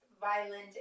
violent